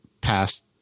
past